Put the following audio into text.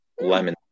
lemon